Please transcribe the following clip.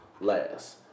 last